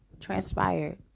transpired